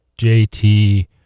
JT